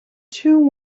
two